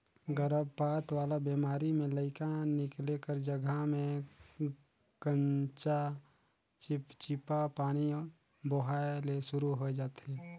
गरभपात वाला बेमारी में लइका निकले कर जघा में कंचा चिपपिता पानी बोहाए ले सुरु होय जाथे